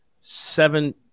Seven